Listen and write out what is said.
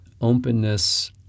openness